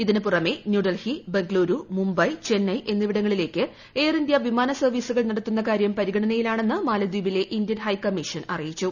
ഇതിന് പുറമെ ന്യൂഡൽഹി ബംഗളുരു മുംബൈ ചെന്നൈ എന്നിവിടങ്ങളിലേക്ക് എയർ ഇന്ത്യ വിമാന സർവ്വീസുകൾ നടത്തുന്ന കാര്യം പരിഗണിനയിലാണെന്ന് മാലദ്വീപിലെ ഇന്ത്യൻ ഹൈക്കമ്മീഷൻ അറിയിച്ചു